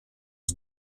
his